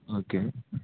okay